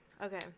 Okay